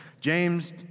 James